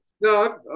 No